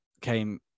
came